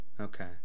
Okay